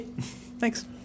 Thanks